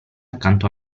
accanto